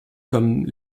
comme